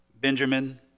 benjamin